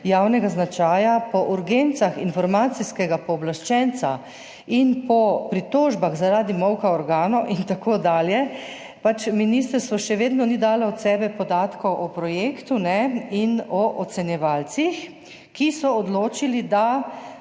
javnega značaja, po urgencah informacijskega pooblaščenca in po pritožbah zaradi molka organov in tako dalje, ministrstvo še vedno ni dalo od sebe podatkov o projektu in o ocenjevalcih, ki so odločili, da